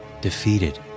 Defeated